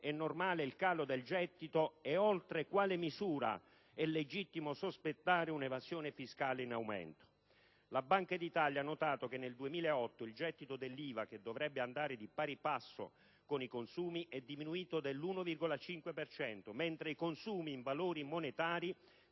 è normale il calo del gettito e oltre quale misura è legittimo sospettare un'evasione fiscale in aumento? La Banca d'Italia ha notato che nel 2008 il gettito dell'IVA, che dovrebbe andare di pari passo con i consumi, è diminuito dell'1,5 per cento, mentre i consumi in valori monetari